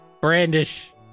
Brandish